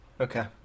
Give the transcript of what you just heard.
Okay